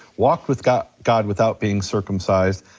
walked with god god without being circumcised.